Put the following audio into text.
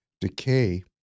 decay